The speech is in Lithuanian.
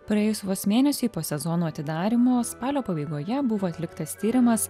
praėjus vos mėnesiui po sezono atidarymo spalio pabaigoje buvo atliktas tyrimas